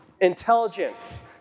intelligence